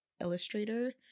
Illustrator